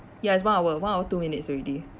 ya it's one hour one hour two minutes already